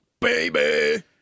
Baby